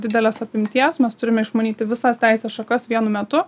didelės apimties mes turime išmanyti visas teisės šakas vienu metu